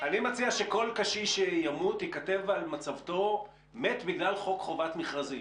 אני מציע שכל קשיש שימות ייכתב על מצבתו: מת בגלל חוק חובת מכרזים.